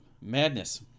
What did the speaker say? Madness